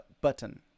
button